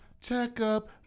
checkup